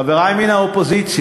חברי מן האופוזיציה,